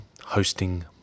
hosting